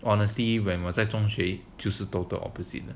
honestly when 我在中学就是 total opposite